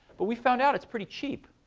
but we found out it's pretty cheap.